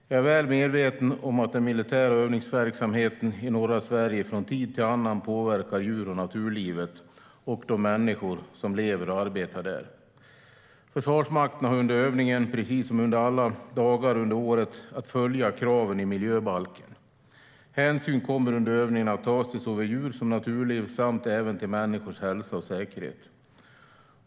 Jag är väl medveten om att den militära övningsverksamheten i norra Sverige från tid till annan påverkar djur och naturlivet och de människor som lever och arbetar där. Försvarsmakten har under övningen, precis som under alla dagar under året, att följa kraven i miljöbalken. Hänsyn kommer under övningen att tas till såväl djur som naturliv samt även till människors hälsa och säkerhet.